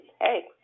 Hey